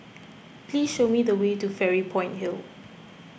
please show me the way to Fairy Point Hill